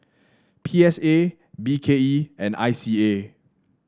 P S A B K E and I C A